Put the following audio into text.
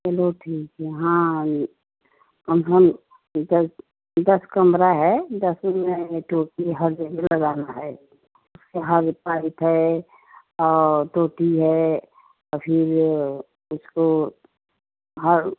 चलो ठीक है हाँ हम घर ये दस दस कमरा है दसों में टोंटी हर जगह लगाना है जहाँ भी पाइप है और टोंटी है आ फिर उसको हर